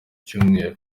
cyumweru